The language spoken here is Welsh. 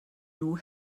nhw